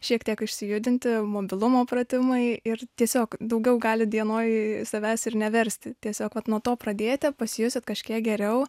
šiek tiek išsijudinti mobilumo pratimai ir tiesiog daugiau gali dienoj kai savęs ir neversti tiesiog vat nuo to pradėti pasijusit kažkiek geriau